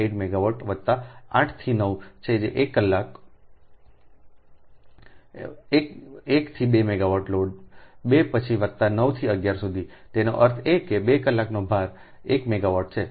8 megawatt વત્તા 8 થી 9 છે જે 1 કલાક 1 થી 2 મેગાવાટ લોડ 2 પછી વત્તા 9 થી 11 સુધીતેનો અર્થ એ કે 2 કલાકનો ભાર 1 મેગાવોટ છે